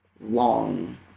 long